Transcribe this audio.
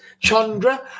Chandra